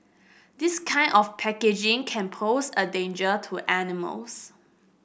this kind of packaging can pose a danger to animals